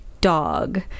dog